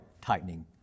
tightening